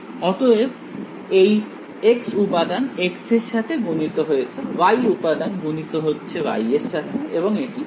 অতএব এই x উপাদান x এর সাথে গুণিত হচ্ছে y উপাদান গুণিত হচ্ছে y এর সাথে এবং এটি 0